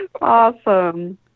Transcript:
Awesome